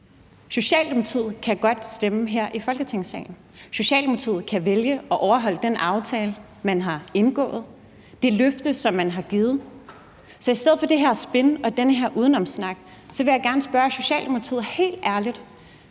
Socialdemokratiet kan godt stemme her i Folketingssalen. Socialdemokratiet kan vælge at overholde den aftale, man har indgået, og det løfte, som man har givet. Så i stedet for det her spin og den her udenomssnak vil jeg gerne spørge Socialdemokratiet helt ærligt,